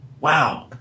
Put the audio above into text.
wow